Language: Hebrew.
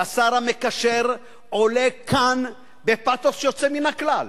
כשר המקשר, עולה כאן בפתוס יוצא מן הכלל.